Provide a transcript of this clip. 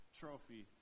trophy